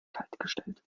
kaltgestellt